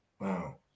Wow